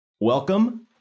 Welcome